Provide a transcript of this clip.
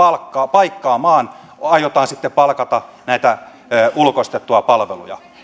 paikkaamaan aiotaan sitten palkata näitä ulkoistettuja palveluja